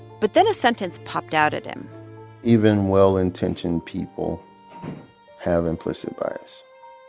but then a sentence popped out at him even well-intentioned people have implicit bias.